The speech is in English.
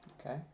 Okay